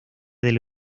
del